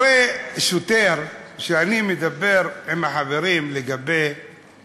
הרי שוטר, כשאני מדבר עם החברים לגבי